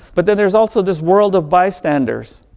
but there's there's also this world of by-standers.